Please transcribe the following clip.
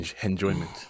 enjoyment